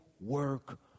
work